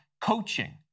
coaching